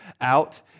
out